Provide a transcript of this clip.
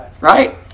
right